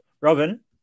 robin